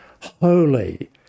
holy